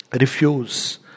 refuse